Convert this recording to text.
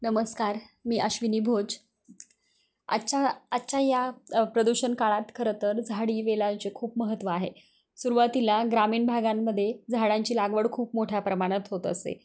नमस्कार मी अश्विनी भोज आजच्या आजच्या या प्रदूषण काळात खरं तर झाडी वेलाचे खूप महत्त्व आहे सुरवातीला ग्रामीण भागांमध्ये झाडांची लागवड खूप मोठ्या प्रमाणात होत असे